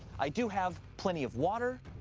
i do have plenty of water,